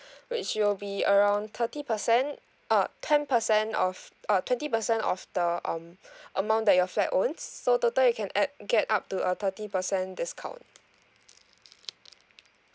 which will be around thirty percent err ten percent of err twenty percent of the um amount that your flat cost so total you can get add up to a thirty percent discount